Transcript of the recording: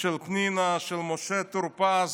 של פנינה, של משה טור פז,